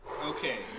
Okay